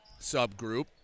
subgroup